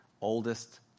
oldest